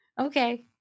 Okay